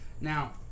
Now